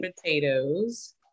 potatoes